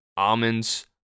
almonds